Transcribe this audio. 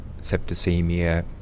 septicemia